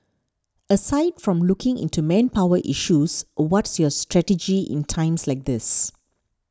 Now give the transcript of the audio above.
aside from looking into manpower issues what's your strategy in times like these